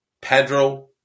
Pedro